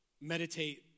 meditate